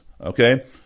Okay